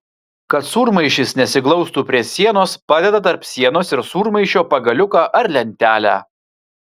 kad sūrmaišis nesiglaustų prie sienos padeda tarp sienos ir sūrmaišio pagaliuką ar lentelę